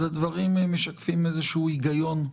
אז הדברים משקפים איזשהו היגיון,